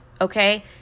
okay